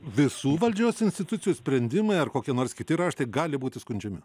visų valdžios institucijų sprendimai ar kokie nors kiti raštai gali būti skundžiami